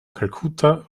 kalkutta